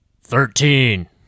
Thirteen